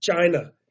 China